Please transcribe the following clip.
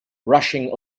rushing